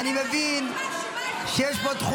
אני מאשימה אותה.